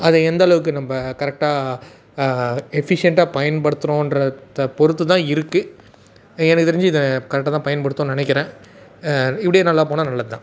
அதை எந்த அளவுக்கு நம்ப கரெக்டாக எஃபிஷியண்ட்டாக பயன்படுத்துறோன்றதத்தை பொறுத்து தான் இருக்கு எனக்கு தெரிஞ்சு இதை கரெக்டாகதான் பயன்படுத்துவோம்ன்னு நினக்கிறேன் இப்படியே நல்லாப்போனால் நல்லது தான்